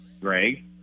Greg